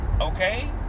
Okay